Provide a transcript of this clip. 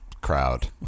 crowd